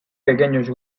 pequeños